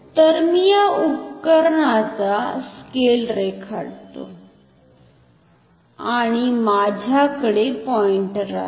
तर मी उपकरणाचा स्केल रेखाटतो आणि माझ्याकडे पॉइंटर आहे